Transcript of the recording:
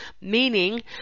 meaning